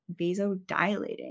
vasodilating